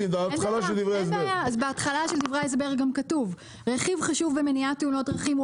אז בהתחלה של דברי ההסבר גם כתוב : "רכיב חשוב במניעת תאונות דרכים הוא